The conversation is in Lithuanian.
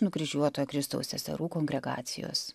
nukryžiuotojo kristaus seserų kongregacijos